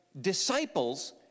Disciples